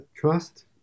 trust